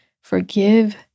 forgive